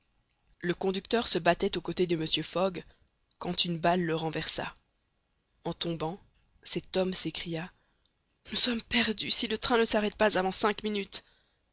le conducteur se battait aux côtés de mr fogg quand une balle le renversa en tombant cet homme s'écria nous sommes perdus si le train ne s'arrête pas avant cinq minutes